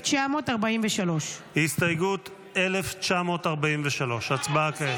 1943. הסתייגות 1943, יש הצבעה כעת.